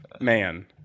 man